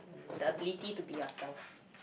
the ability to be yourself